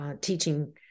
teaching